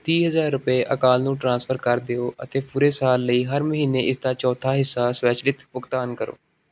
ਤੀਹ ਹਜ਼ਾਰ ਰੁਪਏ ਅਕਾਲ ਨੂੰ ਟ੍ਰਾਂਸਫਰ ਕਰ ਦਿਓ ਅਤੇ ਪੂਰੇ ਸਾਲ ਲਈ ਹਰ ਮਹੀਨੇ ਇਸਦਾ ਚੌਥਾ ਹਿੱਸਾ ਸਵੈਚਲਿਤ ਭੁਗਤਾਨ ਕਰੋ